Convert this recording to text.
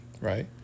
right